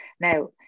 now